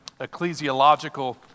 ecclesiological